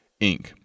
Inc